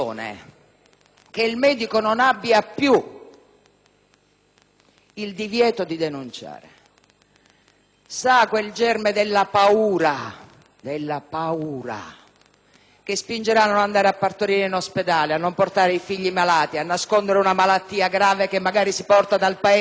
sta quel germe della paura che spingerà a non andare a partorire in ospedale, a non portarvi i figli malati, a nascondere una malattia grave che magari si porta dal Paese d'origine. *(Applausi dal Gruppo PD).* E lì non è più il rigore della legge: è la persecuzione,